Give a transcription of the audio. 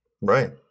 Right